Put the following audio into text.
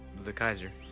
the kaiser,